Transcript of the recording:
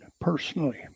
Personally